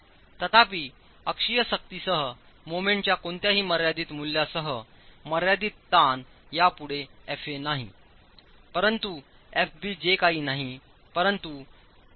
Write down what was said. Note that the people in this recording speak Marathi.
तथापि अक्षीय शक्तीसह मोमेंटच्या कोणत्याही मर्यादित मूल्यासह मर्यादित ताण यापुढे Fa नाही परंतुFbजे काही नाही परंतु1